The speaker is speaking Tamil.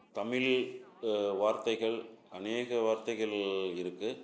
தமிழ் வார்த்தைகள் அநேக வார்த்தைகள் இருக்குது